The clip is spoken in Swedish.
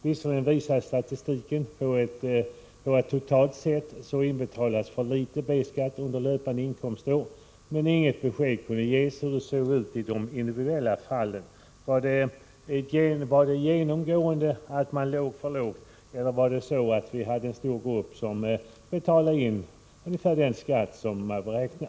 Visserligen visade statistiken att det totalt sett inbetalades för litet B-skatt under löpande inkomstår, men inget besked kunde ges om hur det såg ut i de individuella fallen. Betalades det genomgående in för litet skatt eller var det en stor grupp som betalade in ungefär vad som hade beräknats?